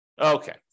Okay